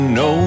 no